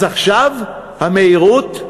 אז עכשיו המהירות?